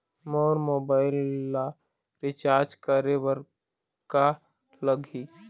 मोर mobile ला recharge करे बर का लगही?